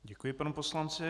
Děkuji panu poslanci.